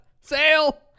Sail